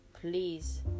Please